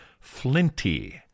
flinty